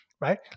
Right